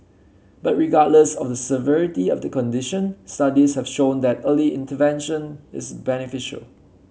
but regardless of the severity of the condition studies have shown that early intervention is beneficial